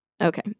Okay